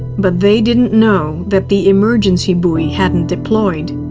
but they didn't know that the emergency buoy hadn't deployed.